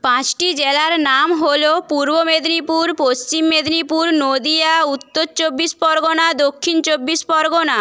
পাঁচটি জেলার নাম হল পূর্ব মেদিনীপুর পশ্চিম মেদিনীপুর নদীয়া উত্তর চব্বিশ পরগনা দক্ষিণ চব্বিশ পরগনা